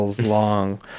long